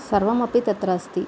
सर्वमपि तत्र अस्ति